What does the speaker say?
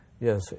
Yes